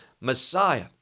Messiah